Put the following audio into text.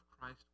christ